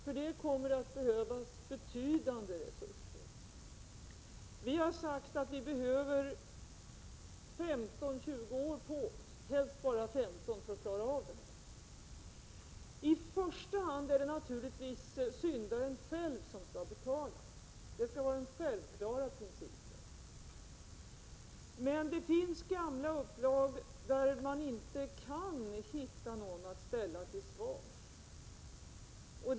För det kommer att behövas betydande resurser. Vi har sagt att vi behöver 15-20 år på oss, helst bara 15, för att klara av det. I första hand är det naturligtvis syndaren själv som skall betala. Det skall vara den självklara principen. Men det finns gamla upplag där man inte kan hitta någon att ställa till svars.